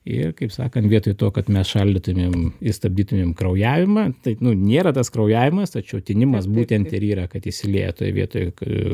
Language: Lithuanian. ir kaip sakant vietoj to kad mes šaldytumėm stabdytumėm kraujavimą taip nėra tas kraujavimas tačiau tinimas būtent ir yra kad išsilieja toj vietoj k